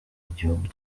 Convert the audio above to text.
igihugu